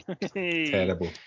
Terrible